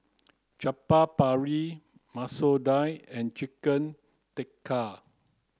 Chaat Papri Masoor Dal and Chicken Tikka